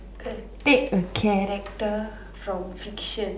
okay take a character from fiction